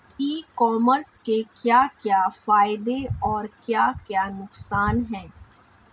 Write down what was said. ई commerce के क्या क्या फायदे और क्या क्या नुकसान है?